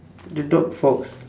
the dog